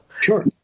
Sure